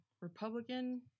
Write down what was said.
Republican